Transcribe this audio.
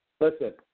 listen